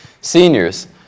Seniors